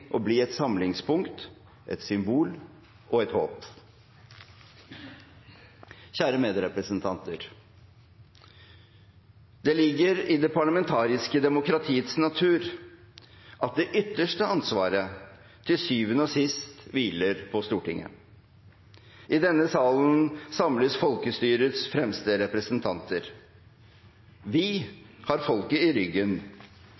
å bli et samlingspunkt, et symbol og et håp. Kjære medrepresentanter! Det ligger i det parlamentariske demokratiets natur at det ytterste ansvaret til syvende og sist hviler på Stortinget. I denne salen samles folkestyrets fremste representanter. Vi har folket i ryggen,